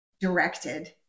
directed